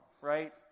right